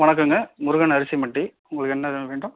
வணக்கங்க முருகன் அரிசி மண்டி உங்களுக்கு என்ன வே வேண்டும்